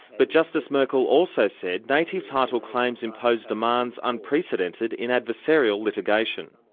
but justice merkel also said native title claims imposed demands unprecedented in adversarial litigation.